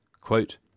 quote